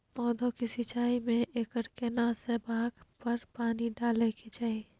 पौधों की सिंचाई में एकर केना से भाग पर पानी डालय के चाही?